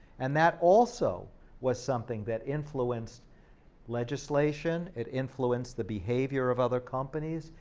and that also was something that influenced legislation, it influenced the behavior of other companies,